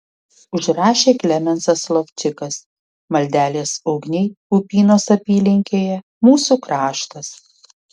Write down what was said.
užrašė klemensas lovčikas maldelės ugniai upynos apylinkėje mūsų kraštas